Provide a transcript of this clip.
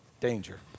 Danger